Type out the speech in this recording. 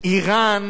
אירן